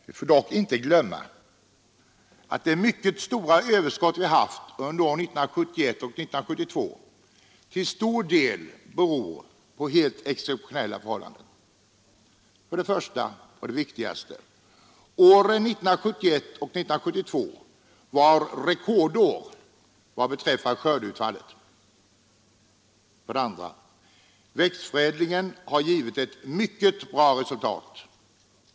Vi får dock inte glömma att det mycket stora överskott som vi haft under 1971 och 1972 till stor del beror på helt exceptionella förhållanden: 1. Åren 1971 och 1972 var rekordår vad beträffar skördeutfallet. 2. Växtförädlingen har givit ett mycket bra resultat.